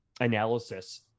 analysis